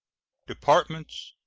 departments,